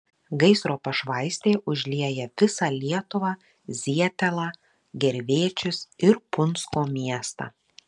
gaisro pašvaistė užlieja visą lietuvą zietelą gervėčius ir punsko miestą